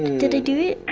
did i do it?